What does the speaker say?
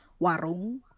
warung